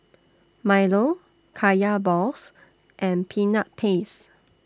Milo Kaya Balls and Peanut Paste